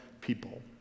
people